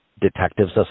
detectives